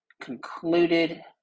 concluded